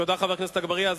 תודה, חבר הכנסת אגבאריה.